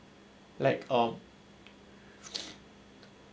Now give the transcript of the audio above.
like um